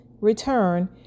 return